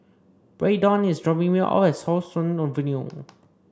Braydon is dropping me off at How Sun Avenue